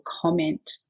comment